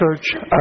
church